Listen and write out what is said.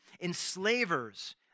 Enslavers